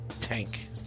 Tank